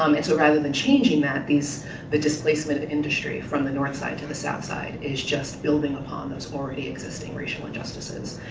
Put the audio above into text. um and so, rather than changing that, the displacement industry from the north side to the south side is just building upon those already existing racial injustices,